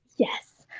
yes.